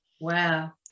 Wow